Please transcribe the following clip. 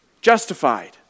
Justified